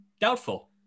doubtful